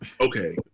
okay